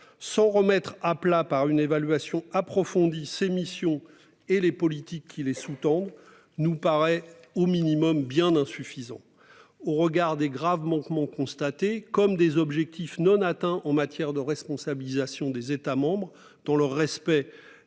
s'en remettre à plat par une évaluation approfondie ses missions et les politiques qui les sous-tendent nous paraît au minimum bien insuffisants au regard des graves manquements constatés comme des objectifs non atteints en matière de responsabilisation des États membres, dans le respect